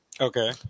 Okay